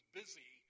busy